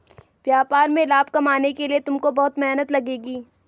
व्यापार में लाभ कमाने के लिए तुमको बहुत मेहनत लगेगी